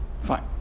Fine